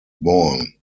born